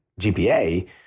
GPA